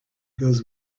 goes